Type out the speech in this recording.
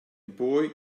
boy